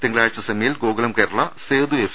തിങ്കളാഴ്ച സെമിയിൽ ഗോകുലം കേരള സേതു എഫ്